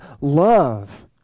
love